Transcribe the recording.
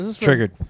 Triggered